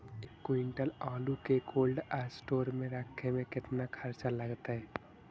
एक क्विंटल आलू के कोल्ड अस्टोर मे रखे मे केतना खरचा लगतइ?